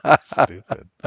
Stupid